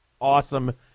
awesome